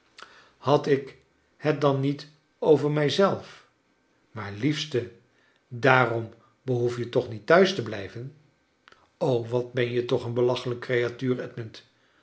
had ik het dan niet over mij zelf maar liefste daarom behoef je toch niet thuis te blijven wat ben je toch een belachelijk creatuur